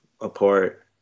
apart